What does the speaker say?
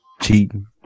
cheating